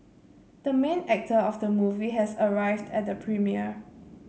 the main actor of the movie has arrived at the premiere